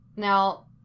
Now